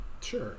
sure